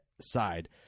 side